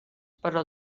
però